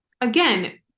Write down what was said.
again